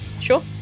sure